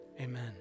amen